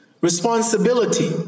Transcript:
responsibility